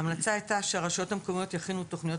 ההמלצה הייתה שהרשויות המקומיות יכינו תוכניות